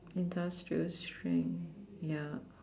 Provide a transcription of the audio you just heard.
industrial strength ya